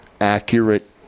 accurate